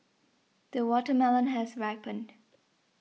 the watermelon has ripened